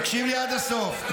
תקשיב לי עד הסוף.